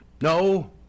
No